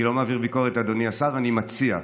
אני לא מעביר ביקורת, אדוני השר, אני מציע.